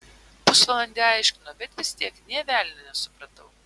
pusvalandį aiškino bet vis tiek nė velnio nesupratau